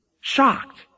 shocked